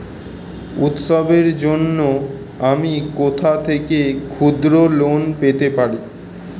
উৎসবের জন্য আমি কোথা থেকে ক্ষুদ্র লোন পেতে পারি?